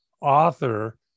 author